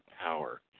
power